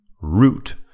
Root